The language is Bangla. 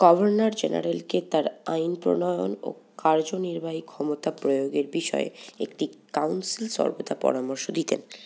গভর্নর জেনারেলকে তার আইন প্রণয়ন ও কার্যনির্বাহী ক্ষমতা প্রয়োগের বিষয়ে একটি কাউন্সিল সর্বদা পরামর্শ দিতেন